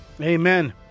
Amen